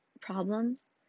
problems